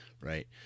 Right